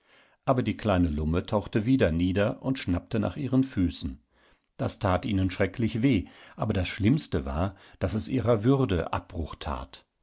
aber die kleine lumme tauchte wieder nieder und schnappte nach ihren füßen das tat ihnen schrecklich weh aber das schlimmste war daß es ihrer würde abbruch tat